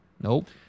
Nope